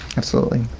absolutely.